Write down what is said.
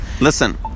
Listen